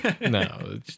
no